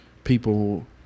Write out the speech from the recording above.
people